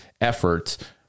efforts